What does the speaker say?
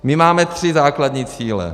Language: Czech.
My máme tři základní cíle.